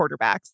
quarterbacks